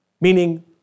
meaning